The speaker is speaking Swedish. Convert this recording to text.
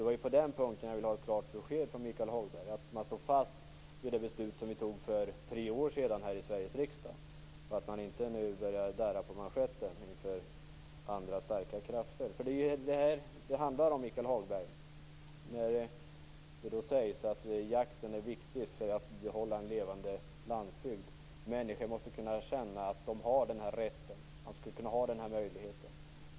Det var på den punkten jag ville ha ett klart besked från Michael Hagberg om att man står fast vid det beslut som vi fattade för tre år sedan här i Sveriges riksdag, och att man inte nu börjar darra på manschetten inför andra, starka krafter. Detta är ju vad det handlar om, Michael Hagberg, när det sägs att jakten är viktig för att behålla en levande landsbygd. Människor måste kunna känna att de har den här rätten. Man skall kunna ha den här möjligheten.